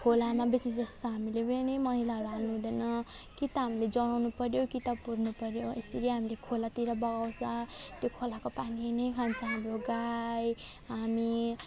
खोलामा बेसी जस्तो हामीले पनि मैलाहरू हाल्नु हुँदैन कि त हामीले जलाउनु पर्यो कि त पुर्नु पर्यो यसरी हामीले खोलातिर बगाउँछ त्यो खोलाको पानी नै खान्छ हाम्रो गाई हामी